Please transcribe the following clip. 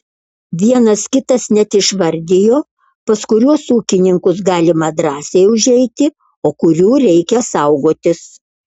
vienas kitas net išvardijo pas kuriuos ūkininkus galima drąsiai užeiti o kurių reikia saugotis